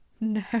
no